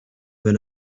when